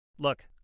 Look